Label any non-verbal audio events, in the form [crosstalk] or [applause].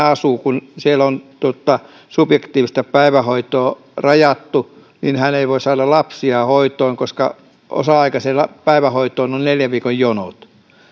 [unintelligible] asuu on subjektiivista päivähoitoa rajattu niin hän ei voi saada lapsiaan hoitoon koska osa aikaisella päivähoitoon on neljän viikon jonot